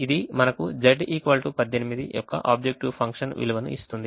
ఇది మనకు Z 18 యొక్క ఆబ్జెక్టివ్ ఫంక్షన్ విలువను ఇస్తుంది